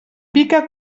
pica